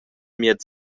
miez